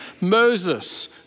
Moses